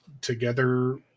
together